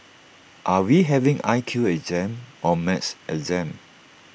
are we having I Q exam or maths exam